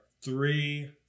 three